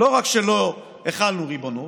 לא רק שלא החלנו ריבונות,